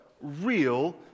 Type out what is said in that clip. real